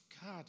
God